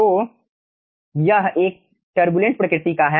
तो यह एक तुर्बुलेंट प्रकृति का है